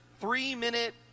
three-minute